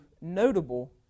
notable